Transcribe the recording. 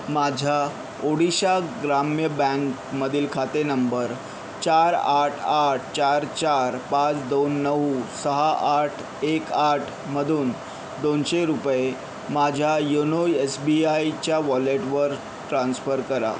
माझ्या ओडिशा ग्राम्य बँकमधील खाते नंबर चार आठ आठ चार चार पाच दोन नऊ सहा आठ एक आठमधून दोनशे रुपये माझ्या योनो एस बी आयच्या वॉलेटवर ट्रान्स्फर करा